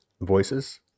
voices